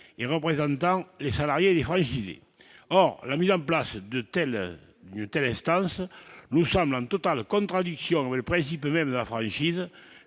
et représentant les salariés, les franchisés, or la mise en place de telle ou telle instance, nous sommes en totale contradiction et le principe même de la fragile